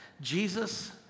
Jesus